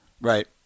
Right